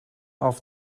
off